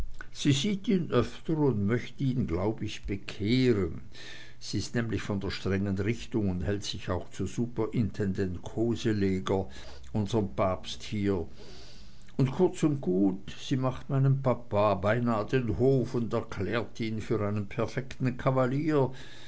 sie sieht ihn öfter und möcht ihn glaub ich bekehren sie ist nämlich von der strengen richtung und hält sich auch zu superintendent koseleger unserm papst hier und kurz und gut sie macht meinem papa beinah den hof und erklärt ihn für einen perfekten kavalier